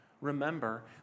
Remember